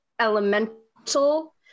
elemental